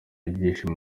ibyishimo